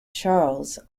charles